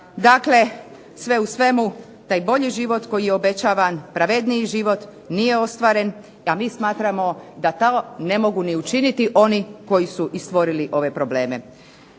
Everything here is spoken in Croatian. Dakle sve u svemu taj bolji život koji je obećavan, pravedniji život nije ostvaren, a mi smatramo da to ne mogu ni učiniti oni koji su i stvorili ove probleme.